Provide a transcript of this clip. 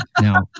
Now